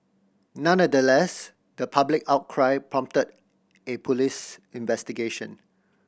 nonetheless the public outcry prompted a police investigation